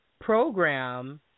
program